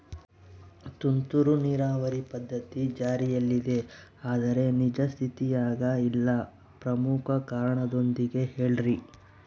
ತುಂತುರು ನೇರಾವರಿ ಪದ್ಧತಿ ಜಾರಿಯಲ್ಲಿದೆ ಆದರೆ ನಿಜ ಸ್ಥಿತಿಯಾಗ ಇಲ್ಲ ಪ್ರಮುಖ ಕಾರಣದೊಂದಿಗೆ ಹೇಳ್ರಿ?